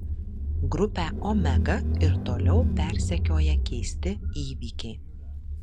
grupę omega ir toliau persekioja keisti įvykiai